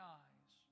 eyes